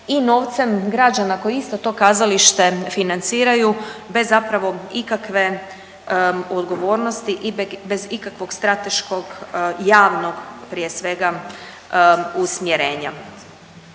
i novcem građana koji isti to kazalište financiraju bez zapravo ikakve odgovornosti i bez ikakvog strateškog javnog prije svega usmjerenja.